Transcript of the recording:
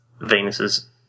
Venus's